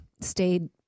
stayed